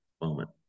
moment